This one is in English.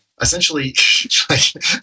Essentially